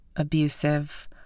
abusive